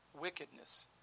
Wickedness